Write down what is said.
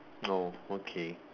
oh okay